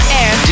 air